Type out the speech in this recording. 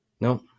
No